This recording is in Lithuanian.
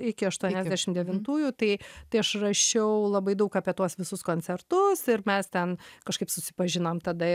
iki aštuoniasdešimt devintųjų tai tai aš rašiau labai daug apie tuos visus koncertus ir mes ten kažkaip susipažinom tada